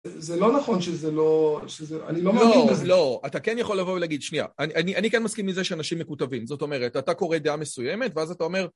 זה לא נכון שזה לא, שזה, אני לא מרגיש. לא, אתה כן יכול לבוא ולהגיד, שנייה, אני כן מסכים מזה שאנשים מקוטבים, זאת אומרת, אתה קורא דעה מסוימת, ואז אתה אומר...